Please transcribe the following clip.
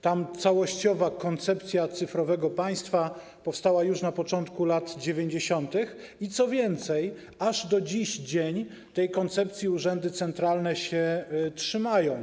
Tam całościowa koncepcja cyfrowego państwa powstała już na początku lat 90. i, co więcej, aż do dziś tej koncepcji urzędy centralne się trzymają.